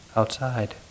outside